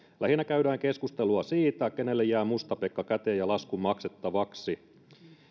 lähinnä käydään keskustelua siitä kenelle jää musta pekka käteen ja lasku maksettavaksi